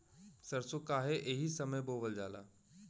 सरसो काहे एही समय बोवल जाला?